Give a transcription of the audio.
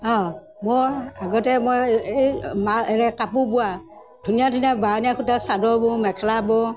অঁ মোৰ আগতে মই এই মাৰ এই কাপোৰ বোৱা ধুনীয়া ধুনীয়া বণীয়া সূতাৰ চাদৰ বওঁ মেখেলা বওঁ